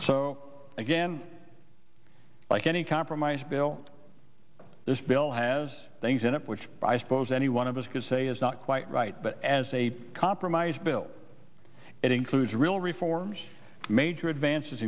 so again like any compromise bill this bill has things in it which i suppose any one of us could say is not quite right but as a compromise bill it includes real reforms major advances